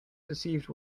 deceived